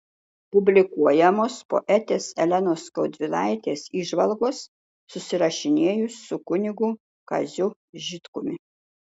publikuojamos poetės elenos skaudvilaitės įžvalgos susirašinėjus su kunigu kaziu žitkumi